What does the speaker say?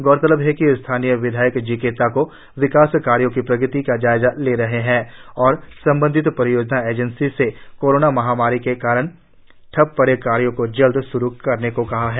गौरतलब है कि स्थानीय विद्याक जिक्के ताको विकास कार्यो की प्रगति का जायजा ले रहे है और संबंधित परियोजना एजेंसियों से कोरोना महामारी के कारण ठप पड़े कार्यों को जल्द श्रु करने को कहा है